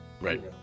Right